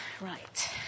Right